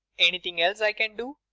anything else i can do?